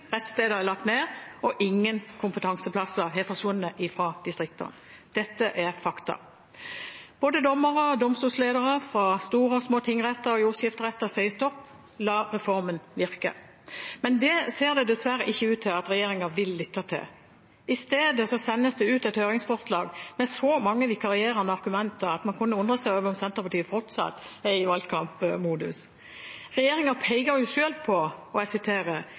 rettssteder er lagt ned, og ingen kompetansearbeidsplasser har forsvunnet fra distriktene. Dette er fakta. Både dommere og domstolledere fra store og små tingretter og jordskifteretter sier: Stopp, la reformen virke! Det ser det dessverre ikke ut til at regjeringen vil lytte til. I stedet sendes det ut et høringsforslag med så mange vikarierende argumenter at man kunne undre seg over om Senterpartiet fortsatt er i valgkampmodus. Regjeringen peker selv på, og jeg siterer: